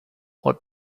what